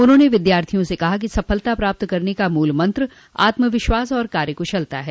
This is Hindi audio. उन्होंने विद्यार्थियों से कहा कि सफलता प्राप्त करने का मूल मंत्र आत्मविश्वास और कार्यकुशलता है